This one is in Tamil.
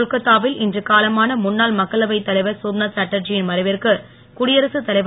கொல்கொத்தா வில் இன்று காலமான முன்னாள் மக்களவைத் தலைவர் சோம்நாத் சாட்டர்ஜி யின் மறைவிற்கு குடியரகத் தலைவர்